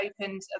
opened